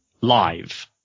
live